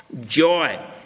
joy